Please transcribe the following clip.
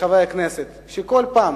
לחברי הכנסת שכל פעם